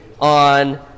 on